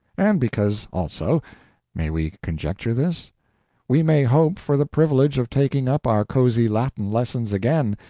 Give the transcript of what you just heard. and because, also may we conjecture this we may hope for the privilege of taking up our cozy latin lessons again,